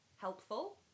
helpful